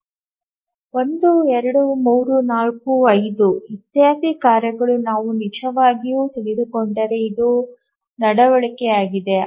1 2 3 4 5 ಇತ್ಯಾದಿ ಕಾರ್ಯಗಳನ್ನು ನಾವು ನಿಜವಾಗಿಯೂ ತೆಗೆದುಕೊಂಡರೆ ಇದು ನಡವಳಿಕೆಯಾಗಿದೆ